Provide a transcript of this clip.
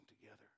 together